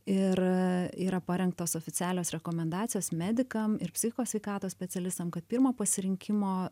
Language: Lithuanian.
ir yra parengtos oficialios rekomendacijos medikam ir psichikos sveikatos specialistam kad pirmo pasirinkimo